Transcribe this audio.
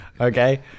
Okay